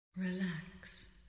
Relax